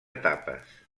etapes